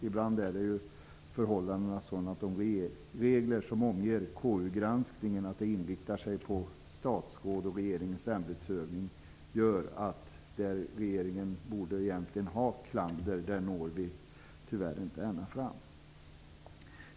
Ibland är förhållandena sådana att de regler som omger konstitutionsutskottets granskning inriktar sig på statsråd och regeringens ämbetsutövning och gör att i de fall då regeringen egentligen borde ha klander når vi tyvärr inte ända fram.